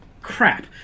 crap